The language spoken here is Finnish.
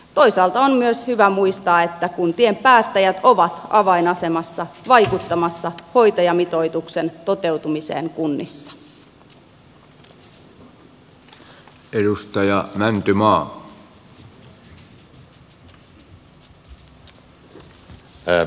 toisaalta on myös hyvä muistaa että kuntien päättäjät ovat avainasemassa vaikuttamassa hoitajamitoituksen toteutumiseen kunnissa